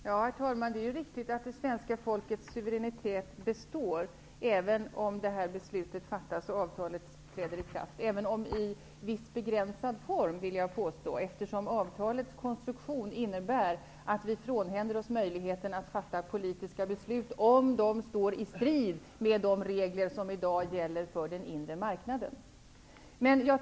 Herr talman! Det är riktigt att det svenska folkets suveränitet består även om det här beslutet fattas och avtalet träder i kraft. Men jag vill påstå att det är i begränsad form, eftersom avtalets konstruktion innebär att vi frånhänder oss möjligheten att fatta politiska beslut om de står i strid med de regler som i dag gäller för den inre marknaden.